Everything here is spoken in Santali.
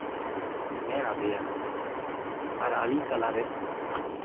ᱢᱮᱱ ᱟᱫᱮᱭᱟ ᱟᱨ ᱟᱹᱞᱤᱧ ᱛᱟᱞᱟᱨᱮ